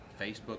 Facebook